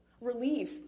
relief